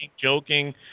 joking